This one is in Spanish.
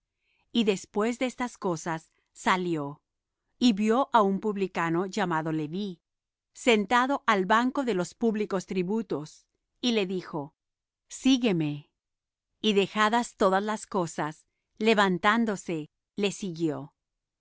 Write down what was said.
y después de estas cosas salió y vió á un publicano llamado leví sentado al banco de los públicos tributos y le dijo sígueme y dejadas todas las cosas levantándose le siguió